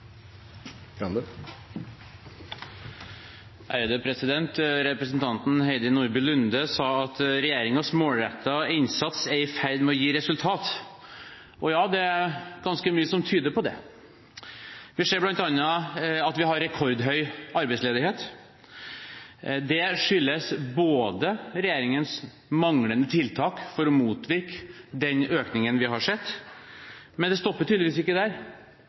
i ferd med å gi resultater. Ja, det er ganske mye som tyder på det. Vi ser bl.a. at vi har rekordhøy arbeidsledighet. Det skyldes regjeringens manglende tiltak for å motvirke den økningen vi har sett. Men det stopper tydeligvis ikke der,